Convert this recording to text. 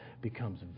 becomes